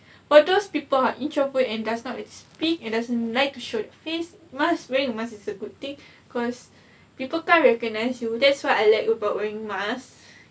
for those people who are introvert and does not like to speak and doesn't like show your face mask wearing mask is a good thing cause people can't recognize you that's what I like about wearing mask